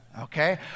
okay